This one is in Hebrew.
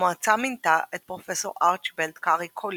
המועצה מינתה את פרופסור ארצ'יבלד קארי קוליג'